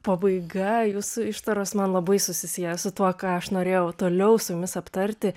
pabaiga jūsų ištaros man labai susisieja su tuo ką aš norėjau toliau su jumis aptarti